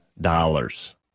dollars